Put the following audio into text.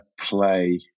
play